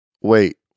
Wait